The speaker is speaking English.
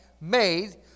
made